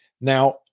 Now